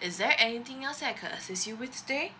is there anything else I could assist you with today